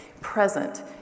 present